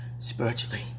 Spiritually